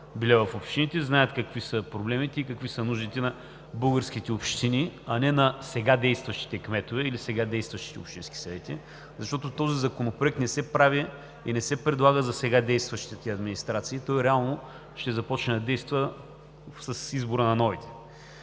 били в общините, знаят какви са проблемите, какви са нуждите на българските общини, а не са сега действащите кметове или сега действащите общински съвети. Защото този законопроект не се прави и не се предлага за сега действащите администрации. Той реално ще започне да действа с избора на нови.